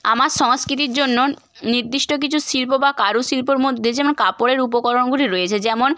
আমার সংস্কৃতির জন্য নির্দিষ্ট কিছু শিল্প বা কারুশিল্পর মধ্যে যে আমার কাপড়ের উপকরণগুলি রয়েছে যেমন